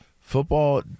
football